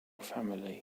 family